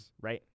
right